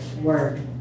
word